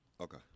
Okay